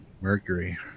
mercury